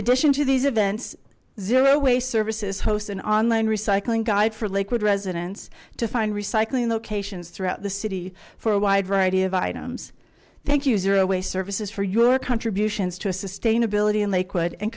addition to these events zero way services host an online recycling guide for lakewood residents to find recycling locations throughout the city for a wide variety of items thank you zero waste services for your contributions to sustainability in lakewood and